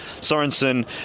Sorensen